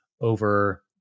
over